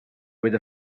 with